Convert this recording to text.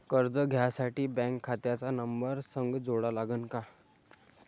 कर्ज घ्यासाठी बँक खात्याचा नंबर संग जोडा लागन का?